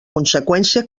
conseqüència